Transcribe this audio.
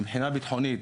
מבחינה ביטחונית.